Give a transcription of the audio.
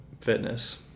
fitness